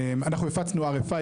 אנחנו הפצנו RFI,